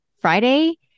Friday